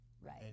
Right